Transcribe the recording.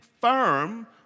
firm